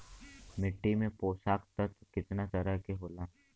मिट्टी में पोषक तत्व कितना तरह के होला?